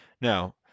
Now